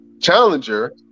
challenger